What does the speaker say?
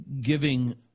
giving